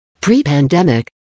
Pre-pandemic